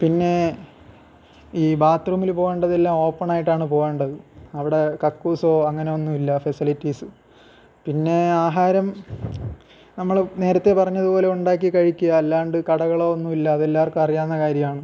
പിന്നെ ഈ ബാത്റൂമിൽ പോകേണ്ടതെല്ലാം ഓപ്പണായിട്ടാണ് പോകേണ്ടത് അവിടെ കക്കൂസോ അങ്ങനെയൊന്നുമില്ല ഫെസിലിറ്റീസ് പിന്നെ ആഹാരം നമ്മൾ നേരത്തെ പറഞ്ഞതുപോലെ ഉണ്ടാക്കി കഴിക്കുക അല്ലാണ്ട് കടകളോ ഒന്നുമില്ല അതെല്ലാവർക്കും അറിയാവുന്ന കാര്യമാണ്